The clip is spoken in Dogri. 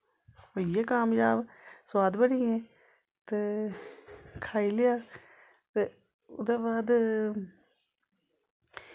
होई गे कामजाब सोआद बनी गे ते खाई लेआ ते ओह्दे बाद